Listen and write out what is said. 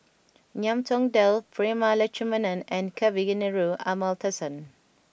Ngiam Tong Dow Prema Letchumanan and Kavignareru Amallathasan